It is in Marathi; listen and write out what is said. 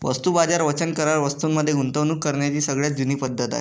वस्तू बाजार वचन करार वस्तूं मध्ये गुंतवणूक करण्याची सगळ्यात जुनी पद्धत आहे